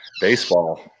baseball